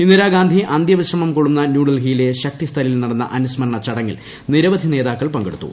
ഇന്ദിരാഗാന്ധി അന്ത്യവിശ്രമം കൊളളുന്ന ന്യൂഡൽഹിയിലെ ശക്തിസ്ഥലിൽ നടന്ന അനുസ്മരണ ചടങ്ങിൽ നിരവധി നേതാക്കൾ പങ്കെടുത്തു